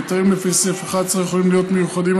היתרים לפי סעיף 11 יכולים להיות מיוחדים,